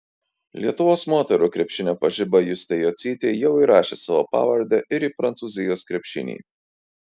lietuvos moterų krepšinio pažiba justė jocytė jau įrašė savo pavardę ir į prancūzijos krepšinį